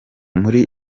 muri